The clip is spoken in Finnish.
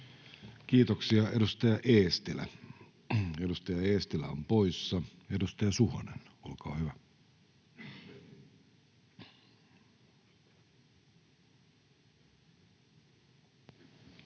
Kiitoksia. — Edustaja Eestilä on poissa. — Edustaja Suhonen, olkaa hyvä. Kiitos,